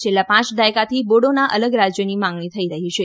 છેલ્લા પાંચ દાયકાથી બોડોના અલગ રાજ્યની માગણી થઇ રહી છે